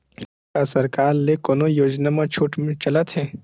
का सरकार के ले कोनो योजना म छुट चलत हे?